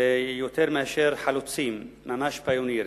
יותר מאשר חלוצים, ממש pioneers.